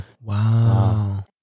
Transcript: Wow